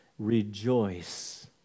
Rejoice